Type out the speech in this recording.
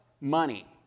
money